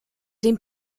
den